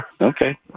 Okay